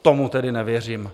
Tomu tedy nevěřím.